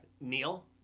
Neil